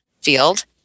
field